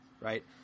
right